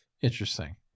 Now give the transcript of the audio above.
Interesting